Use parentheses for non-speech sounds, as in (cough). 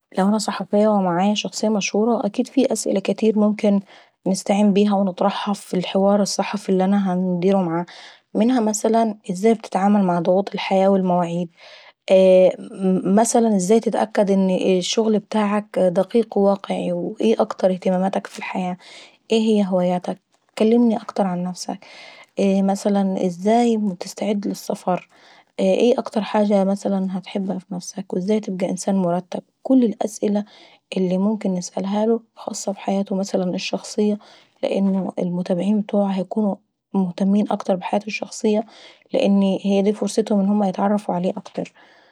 لو انا صحفية ومعاية شخصية مشهورة اكيد في أسئلة كاتيرة ممكن نستعين بيهي ونطرحها في الحوار الصحفي اللي انا هنديرو معاها. منها مثلا ازاي هتتعاملي مع ضغوط الحياة والمواعيد، (hesitation) مثلا ازاي تتاكد ان الشغل بتاعك دقيق وواقعي وايه هي اهتماماتك في الحياة، ايه هي هواياتك كلمني اكتر عن نفسك، ازاي تستعد للسفر، ايه اكتر حاجة مثلا بتحبها في نفسك، وازاي تبجي انسان مرتب. كل الاسئلة اللي ممكن نسالهالو خاصة بحياته مثلا الشخصية لان المتابعين هيكونوا مهتمين اكتر ابحياتو الشخصية لان هي داي فرصتهم انهم يتعرفوا عليه اكتر.